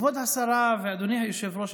כבוד השרה ואדוני היושב-ראש,